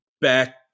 back